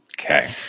Okay